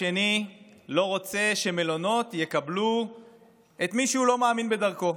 השני לא רוצה שמלונות יקבלו את מי שהוא לא מאמין בדרכו,